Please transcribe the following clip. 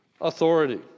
authority